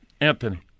Anthony